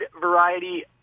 variety